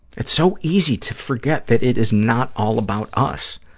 it's so easy to forget that it is not all about us.